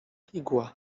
igła